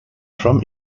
from